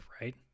right